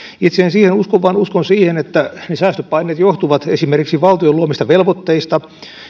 itse en siihen usko vaan uskon siihen että ne säästöpaineet johtuvat esimerkiksi valtion luomista velvoitteista